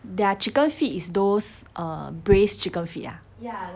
their chicken feet is those um braised chicken feet ah